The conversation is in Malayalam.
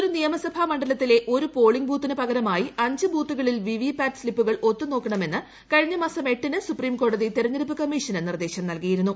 ഒരു നിയമസഭാ ്മണ്ഡലത്തിലെ ഒരു പോളിംഗ് ബൂത്തിന് പകരമായി ആഞ്ച് ബ്ദ്ത്തുകളിൽ വി വി പാറ്റ് സ്തിപ്പുകൾ ഒത്തു നോക്കണമെന്ന് കുഴിഞ്ഞ മാസം എട്ടിന് സൂപ്രിം കോടതി തെരഞ്ഞെടുപ്പ് കമ്മീഷ്ന് നീർദ്ദേശം നൽകിയിരുന്നു